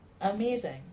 amazing